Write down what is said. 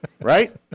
Right